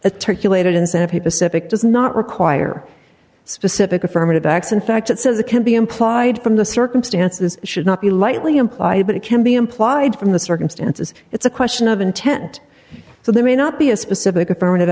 does not require specific affirmative acts in fact it says it can be implied from the circumstances should not be lightly implied but it can be implied from the circumstances it's a question of intent so there may not be a specific affirmative